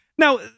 Now